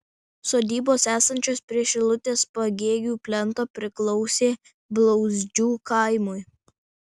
sodybos esančios prie šilutės pagėgių plento priklausė blauzdžių kaimui